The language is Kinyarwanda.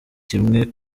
kimwe